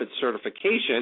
certification